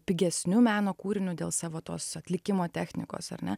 pigesniu meno kūriniu dėl savo tos atlikimo technikos ar ne